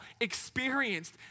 experienced